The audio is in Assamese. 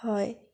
হয়